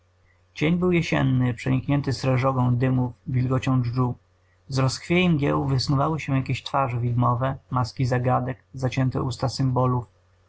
dzień był jesienny przeniknięty srzeżogą dymów wilgocią dżdżu z rozchwiei mgieł wysnuwały się jakieś twarze widmowe maski zagadek zacięte usta symbolów